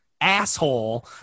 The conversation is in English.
asshole